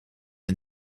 een